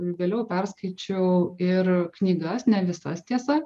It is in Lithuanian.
vėliau perskaičiau ir knygas ne visas tiesa